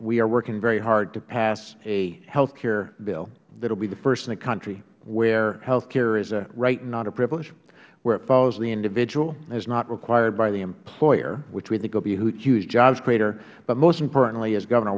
we are working very hard to pass a health care bill that will be the first in country where health care is a right and not a privilege where it follows the individual is not required by the employer which we think will be a huge jobs creator but most importantly as governor